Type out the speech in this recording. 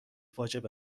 واجبه